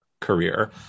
career